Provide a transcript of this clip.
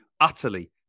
utterly